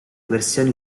versioni